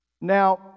Now